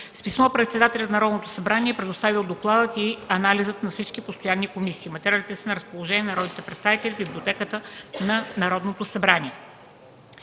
С писмо председателят на Народното събрание е предоставил доклада и анализа на всички постоянни комисии. Материалите са на разположение на народните представители в Библиотеката на Народното събрание.